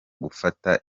gufata